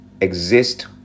exist